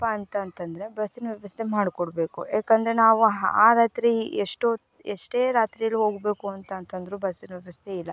ಏನಪ್ಪಾ ಅಂತಂತಂದರೆ ಬಸ್ಸಿನ ವ್ಯವಸ್ಥೆ ಮಾಡಿಕೊಡ್ಬೇಕು ಯಾಕಂದರೆ ನಾವು ಹಾ ರಾತ್ರಿ ಎಷ್ಟೋ ಎಷ್ಟೇ ರಾತ್ರಿಯಲ್ ಹೋಗಬೇಕು ಅಂತಂತಂದರೂ ಬಸ್ಸಿನ ವ್ಯವಸ್ಥೆ ಇಲ್ಲ